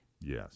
Yes